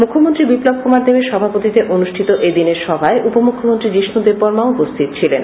মুখ্যমন্ত্রী বিপ্লব কুমার দেবের সভাপতিত্বে অনুষ্ঠিত এদিনের সভায় উপমুখ্যমন্ত্রী যিষ্ণ দেব্বর্মাও উপস্হিত ছিলেন